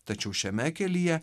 tačiau šiame kelyje